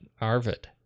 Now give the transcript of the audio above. Arvid